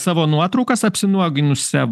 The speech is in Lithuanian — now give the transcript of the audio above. savo nuotraukas apsinuoginusią